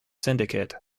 syndicate